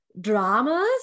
dramas